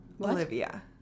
Olivia